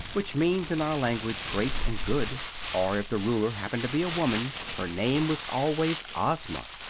which means in our language great and good or, if the ruler happened to be a woman, her name was always ozma.